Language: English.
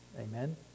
amen